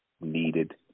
Needed